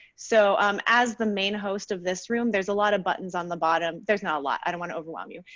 so um as the main host of this room. there's a lot of buttons on the bottom, there's not a lot. i don't want to overwhelm you.